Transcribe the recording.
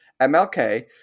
MLK